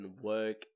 work